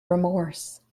remorse